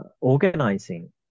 organizing